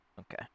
Okay